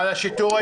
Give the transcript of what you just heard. על השיטור העירוני.